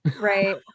Right